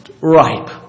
ripe